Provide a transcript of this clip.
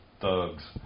thug's